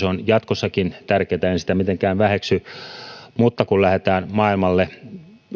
on jatkossakin tärkeätä en sitä mitenkään väheksy mutta kun lähdetään maailmalle